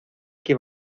que